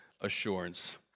assurance